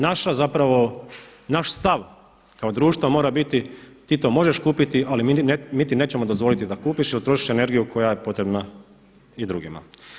Naš stav kao društvo mora biti, ti to možeš kupiti ali mi ti nećemo dozvoliti da kupiš jer trošiš energiju koja je potrebna i drugima.